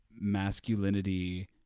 masculinity